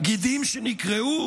גידים שנגרעו?